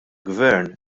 gvern